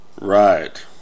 Right